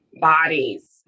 bodies